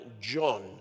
John